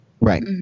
Right